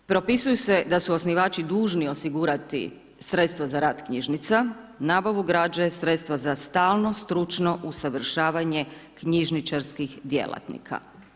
Propisuju se da su osnivači dužni osigurati sredstva za rad knjižnica, nabavu građe, sredstva za stalno stručno usavršavanje knjižničarskih djelatnika.